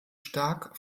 stark